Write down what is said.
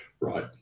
right